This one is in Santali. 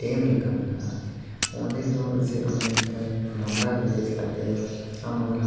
ᱰᱮᱢ ᱞᱮᱠᱟ ᱢᱮᱱᱟᱜᱼᱟ ᱚᱸᱰᱮ ᱫᱚ ᱡᱮ ᱢᱤᱫᱴᱟᱹᱝ ᱰᱷᱚᱸᱜᱟ ᱨᱮ ᱫᱮᱡ ᱠᱟᱛᱮ ᱟᱢ ᱚᱱᱟ